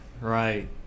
right